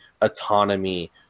autonomy